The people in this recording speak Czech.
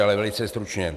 Ale velice stručně.